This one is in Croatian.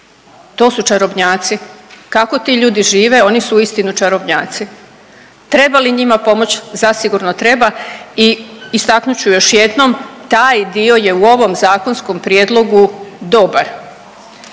To su čarobnjaci. Kako ti ljudi žive, oni su uistinu čarobnjaci. Trebali li njima pomoći? Zasigurno treba i istaknut ću još jednom. Taj dio je u ovom zakonskom prijedlogu dobar